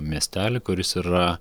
miestelį kuris yra